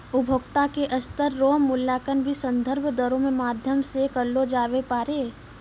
उपभोक्ता के स्तर रो मूल्यांकन भी संदर्भ दरो रो माध्यम से करलो जाबै पारै